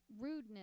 rudeness